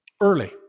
early